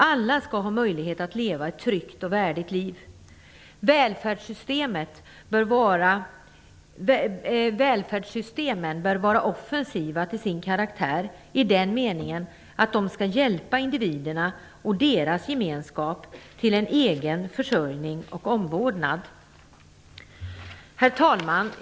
Alla skall ha möjlighet att leva ett tryggt och värdigt liv. Välfärdssystemen bör vara offensiva till sin karaktär i den meningen att de skall hjälpa individerna och deras gemenskap till en egen försörjning och omvårdnad. Herr talman!